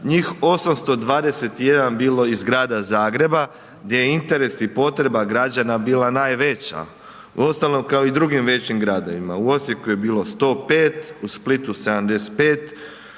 njih 821 bilo iz Grada Zagreba gdje je interes i potreba građana bila najveća, uostalom kao i drugim većim gradovima. U Osijeku je bilo 105, u Splitu 75,